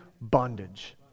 bondage